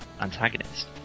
antagonist